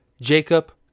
jacob